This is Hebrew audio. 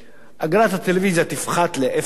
אגרת הטלוויזיה תפחת לאפס.